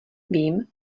vím